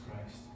Christ